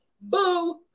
Boo